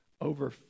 over